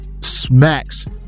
Smacks